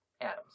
atoms